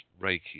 Reiki